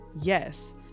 yes